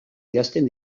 idazten